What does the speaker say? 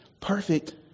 perfect